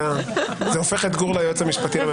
זה הופך את גור ליועץ המשפטי לממשלה,